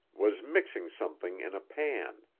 was mixing something in a pan.